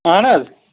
اَہَن حظ